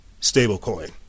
stablecoin